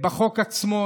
בחוק עצמו,